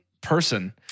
person-